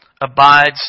abides